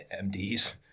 MDs